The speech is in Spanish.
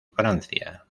francia